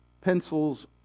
pencils